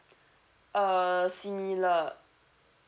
uh similar